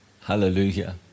Hallelujah